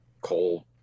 coal